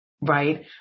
Right